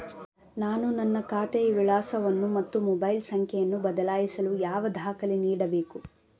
ನಾನು ನನ್ನ ಖಾತೆಯ ವಿಳಾಸವನ್ನು ಮತ್ತು ಮೊಬೈಲ್ ಸಂಖ್ಯೆಯನ್ನು ಬದಲಾಯಿಸಲು ಯಾವ ದಾಖಲೆ ನೀಡಬೇಕು?